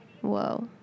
Whoa